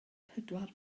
pedwar